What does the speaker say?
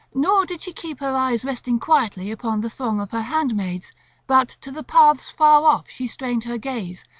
nor did she keep her eyes resting quietly upon the throng of her handmaids but to the paths far off she strained her gaze,